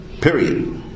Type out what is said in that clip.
Period